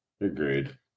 Agreed